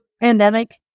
pandemic